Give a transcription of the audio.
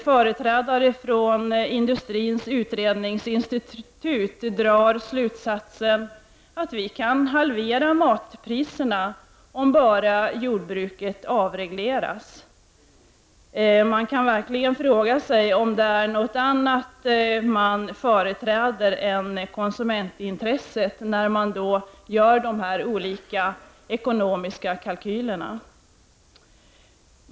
Företrädare för Industrins utredningsinstitut drar slutsatsen att vi kan halvera matpriserna om bara jordbruket avregleras. Det finns verkligen anledning att fråga sig om det är något annat man företräder än konsumentintresset när man gör de ekonomiska kalkylerna.